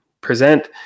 present